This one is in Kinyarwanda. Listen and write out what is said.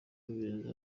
birenze